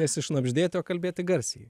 nesišnabždėti o kalbėti garsiai